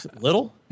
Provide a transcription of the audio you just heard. little